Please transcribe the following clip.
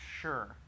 sure